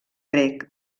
grec